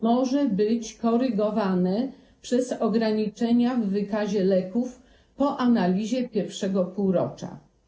Może być korygowane przez ograniczenia w wykazie leków po analizie I półrocza.